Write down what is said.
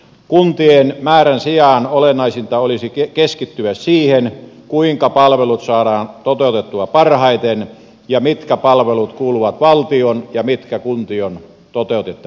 kuntien määrän sijaan olennaisinta olisi keskittyä siihen kuinka palvelut saadaan toteutettua parhaiten ja mitkä palvelut kuuluvat valtion ja mitkä kuntien toteutettaviksi